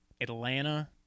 Atlanta